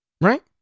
Right